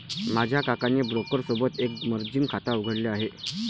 माझ्या काकाने ब्रोकर सोबत एक मर्जीन खाता उघडले आहे